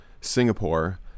Singapore